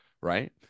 right